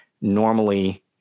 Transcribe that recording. normally